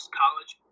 college